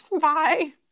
bye